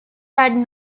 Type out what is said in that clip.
had